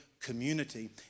community